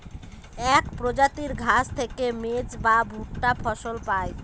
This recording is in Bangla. এক প্রজাতির ঘাস থেকে মেজ বা ভুট্টা ফসল পায়